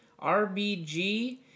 rbg